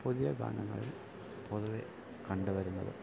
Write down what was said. E പുതിയ ഗാനങ്ങളിൽ പൊതുവെ കണ്ടു വരുന്നത്